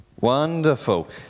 wonderful